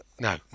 No